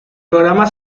programa